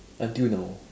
until now